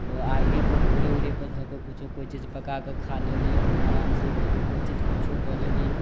तऽ आगे पर घूरे उरे पर धऽके किछु कोइ चीज पका के खा लेली अपन आराम से कभी कोइ चीज किछो कऽ लेली